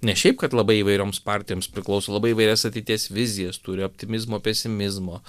ne šiaip kad labai įvairioms partijoms priklauso labai įvairias ateities vizijas turi optimizmo pesimizmo